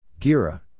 Gira